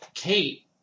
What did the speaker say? Kate